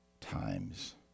times